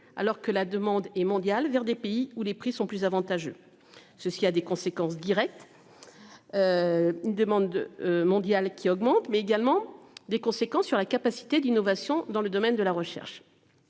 Alors que la demande est mondiale vers des pays où les prix sont plus avantageux. Ce, ce qui a des conséquences directes. Une demande. Mondiale qui augmente, mais également des conséquences sur la capacité d'innovation dans le domaine de la recherche.